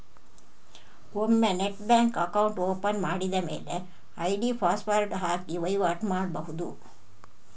ಒಮ್ಮೆ net bank account open ಮಾಡಿದ ಮೇಲೆ ಐಡಿ ಪಾಸ್ವರ್ಡ್ ಹಾಕಿ ವೈವಾಟು ಮಾಡ್ಬಹುದು